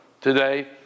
today